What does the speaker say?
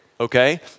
okay